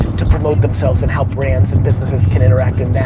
to promote themselves and how brands and businesses can interact in that.